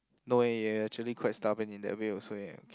no eh you are actually quite stubborn in that way also eh